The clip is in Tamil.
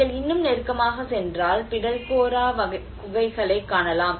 நீங்கள் இன்னும் நெருக்கமாகச் சென்றால் பிடல்கோரா குகைகளைக் காணலாம்